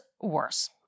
worse